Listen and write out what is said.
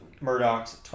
Murdoch's